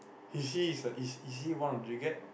is she is a is she is she one of regret